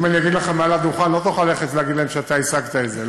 אם אגיד לך מעל הדוכן לא תוכל ללכת להגיד להם שהשגת את זה,